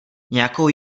nějakou